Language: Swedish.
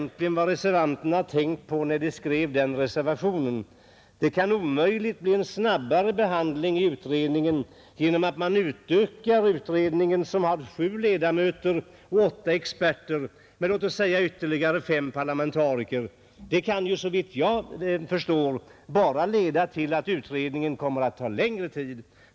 Jag undrar vad reservanterna egentligen har tänkt på när de skrivit den reservationen, Det kan omöjligt bli en snabbare behandling genom att man utökar utredningen — som har sju ledamöter och åtta experter — med låt oss säga fem parlamentariker. Det kan, såvitt jag förstår, bara leda till att utredningen kommer att ta längre tid.